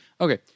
Okay